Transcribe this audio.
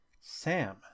Sam